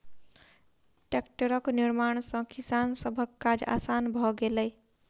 टेक्टरक निर्माण सॅ किसान सभक काज आसान भ गेलै